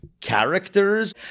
characters